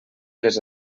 les